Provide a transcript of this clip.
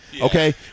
Okay